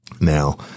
Now